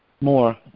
more